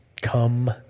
Come